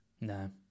No